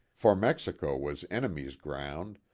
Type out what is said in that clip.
for mexico was enemy's ground,